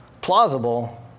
plausible